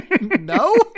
No